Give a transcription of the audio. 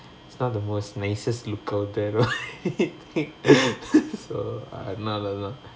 it's the most nicest look out there are so அதனால தான்:athanala thaan